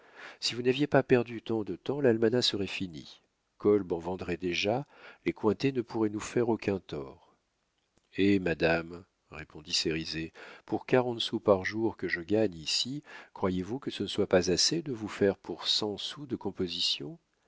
si vous n'aviez pas perdu de temps l'almanach serait fini kolb en vendrait déjà les cointet ne pourraient nous faire aucun tort eh madame répondit cérizet pour quarante sous par jour que je gagne ici croyez-vous que ce ne soit pas assez de vous faire pour cent sous de